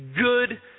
good